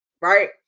Right